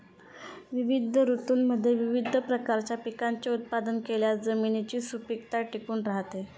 विविध ऋतूंमध्ये विविध प्रकारच्या पिकांचे उत्पादन केल्यास जमिनीची सुपीकता टिकून राहते